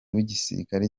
w’igisirikare